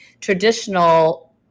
Traditional